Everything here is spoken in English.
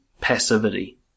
passivity